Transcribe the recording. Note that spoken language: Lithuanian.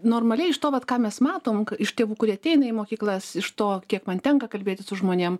normaliai iš to vat ką mes matom iš tėvų kurie ateina į mokyklas iš to kiek man tenka kalbėtis su žmonėm